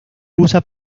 usa